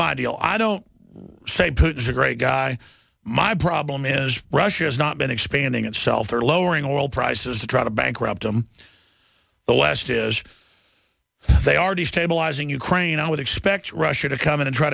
my deal i don't say put is a great guy my problem is russia has not been expanding itself they're lowering oil prices to try to bankrupt them the west is they are destabilizing ukraine i would expect russia to come in and try